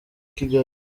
kigali